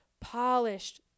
polished